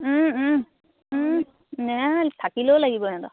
থাকিলেও লাগিব সিহঁতক